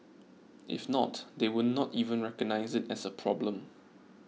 if not they would not even recognise it as a problem